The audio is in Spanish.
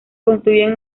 construyen